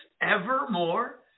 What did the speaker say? evermore